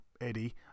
Eddie